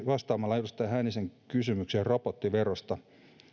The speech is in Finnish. vastaamalla edustaja hännisen kysymykseen robottiverosta